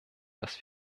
dass